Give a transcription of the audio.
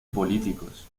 políticos